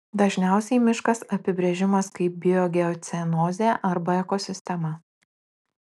dažniausiai miškas apibrėžimas kaip biogeocenozė arba ekosistema